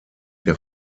der